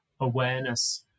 awareness